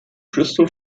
crystal